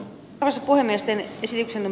naispuhemiesten seitsemän